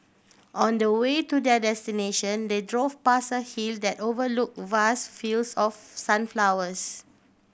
on the way to their destination they drove past a hill that overlook vast fields of sunflowers